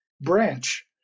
branch